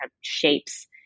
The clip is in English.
shapes